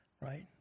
right